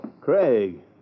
Craig